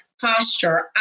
posture